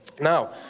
Now